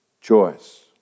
Choice